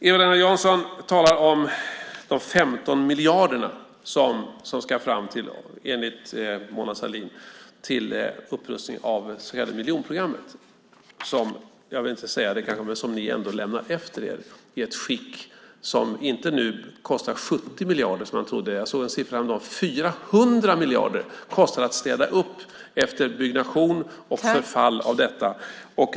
Eva-Lena Jansson talar om de 15 miljarder som enligt Mona Sahlin ska fram till upprustning av det så kallade miljonprogrammet, som ni har lämnat efter er i ett skick som nu kostar inte 70 miljarder som man trodde utan - jag såg en siffra häromdagen - 400 miljarder. Så mycket kostar det att städa upp efter byggnation och förfall av detta.